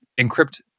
encrypt